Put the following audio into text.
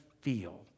feel